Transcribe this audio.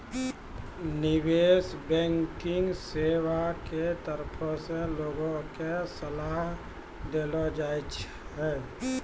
निबेश बैंकिग सेबा के तरफो से लोगो के सलाहो देलो जाय छै